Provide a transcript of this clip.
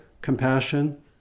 compassion